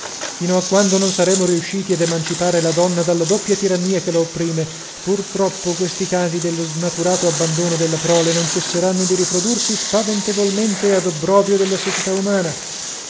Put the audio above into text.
fino quando non saremo riusciti ad emancipare la donna dalla doppia tirannia che la opprime pur troppo questi casi dello snaturato abbandono della prole non cesseranno di riprodursi spaventevolmente ad obbrobrio della società umana